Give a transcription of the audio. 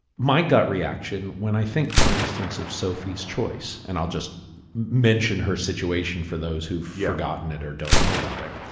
my gut reaction when i think for instance of sophie's choice, and i'll just mention her situation for those who've forgotten it, or don't know about it.